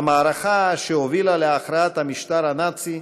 המערכה שהובילה להכרעת המשטר הנאצי,